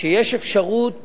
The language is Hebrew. שיש אפשרות